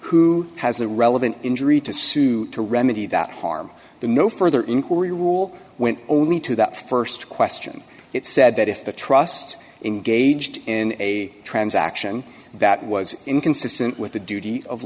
who has the relevant injury to sue to remedy that harm the no further inquiry rule went only to that st question it's said that if the trust in gauged in a transaction that was inconsistent with the duty of